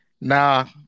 now